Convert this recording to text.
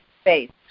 space